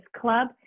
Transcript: Club